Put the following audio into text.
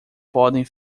podem